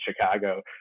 chicago